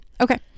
okay